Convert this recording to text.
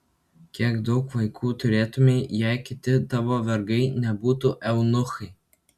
kiek daug vaikų turėtumei jei kiti tavo vergai nebūtų eunuchai